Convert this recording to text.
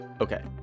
Okay